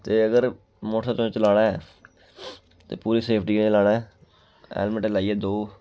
ते अगर मोटरसैकल चलाना ऐ ते पूरी सेफ्टी कन्नै चलाना ऐ हेलमेट लाइयै दो